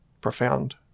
profound